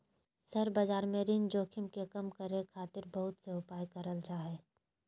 share बाजार में ऋण जोखिम के कम करे खातिर बहुत से उपाय करल जा हय